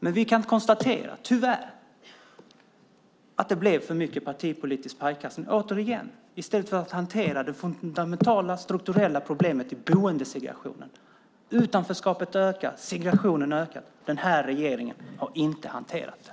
Men vi kan konstatera, tyvärr, att det blev för mycket partipolitisk pajkastning, återigen, i stället för att hantera det fundamentala strukturella problemet i boendesegregationen. Utanförskapet ökar, och segregationen ökar. Den här regeringen har inte hanterat det.